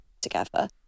together